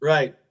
Right